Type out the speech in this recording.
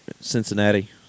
Cincinnati